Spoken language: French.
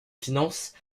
finances